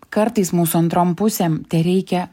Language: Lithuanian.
kartais mūsų antrom pusėm tereikia